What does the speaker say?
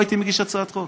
לא הייתי מגיש הצעת חוק,